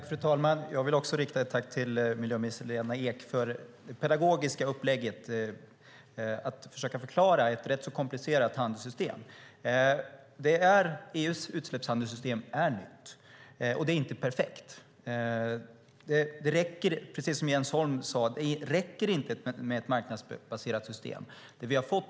Fru talman! Jag vill rikta ett tack till miljöminister Lena Ek för det pedagogiska upplägget med att försöka förklara ett rätt så komplicerat handelssystem. EU:s utsläppshandelssystem är nytt, och det är inte perfekt. Det räcker inte, precis som Jens Holm sade, med ett marknadsbaserat system.